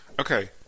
Okay